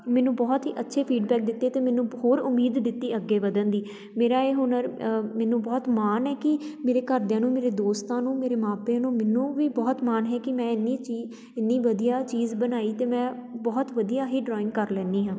ਮੈਨੂੰ ਬਹੁਤ ਹੀ ਅੱਛੇ ਫੀਡਬੈਕ ਦਿੱਤੇ ਅਤੇ ਮੈਨੂੰ ਹੋਰ ਉਮੀਦ ਦਿੱਤੀ ਅੱਗੇ ਵਧਣ ਦੀ ਮੇਰਾ ਇਹ ਹੁਨਰ ਮੈਨੂੰ ਬਹੁਤ ਮਾਣ ਹੈ ਕਿ ਮੇਰੇ ਘਰਦਿਆਂ ਨੂੰ ਮੇਰੇ ਦੋਸਤਾਂ ਨੂੰ ਮੇਰੇ ਮਾਂ ਪਿਓ ਨੂੰ ਮੈਨੂੰ ਵੀ ਬਹੁਤ ਮਾਣ ਹੈ ਕਿ ਮੈਂ ਇੰਨੀ ਚੀ ਇੰਨੀ ਵਧੀਆ ਚੀਜ਼ ਬਣਾਈ ਅਤੇ ਮੈਂ ਬਹੁਤ ਵਧੀਆ ਹੀ ਡਰੋਇੰਗ ਕਰ ਲੈਂਦੀ ਹਾਂ